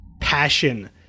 passion